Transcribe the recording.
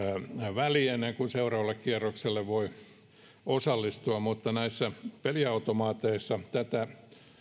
väli ennen kuin seuraavalle kierrokselle voi osallistua mutta näissä peliautomaateissa tätä